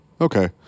Okay